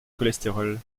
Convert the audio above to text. cholestérol